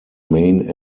main